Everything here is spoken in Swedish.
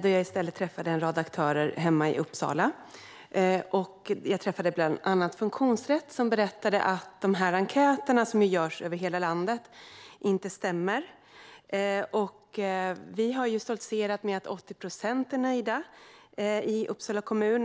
då jag i stället träffade en rad aktörer hemma i Uppsala. Bland annat träffade jag Funktionsrätt som berättade att de enkäter som görs över hela landet inte stämmer. Vi har stoltserat med att 80 procent är nöjda i Uppsala kommun.